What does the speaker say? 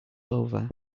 over